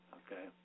okay